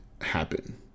happen